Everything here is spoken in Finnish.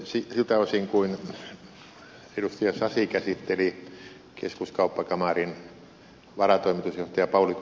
siltä osin kuin edustaja sasi käsitteli keskuskauppakamarin varatoimitusjohtajan pauli k